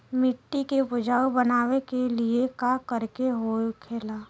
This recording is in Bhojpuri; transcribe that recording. मिट्टी के उपजाऊ बनाने के लिए का करके होखेला?